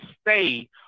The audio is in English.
stay